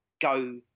go